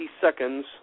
seconds